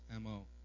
MO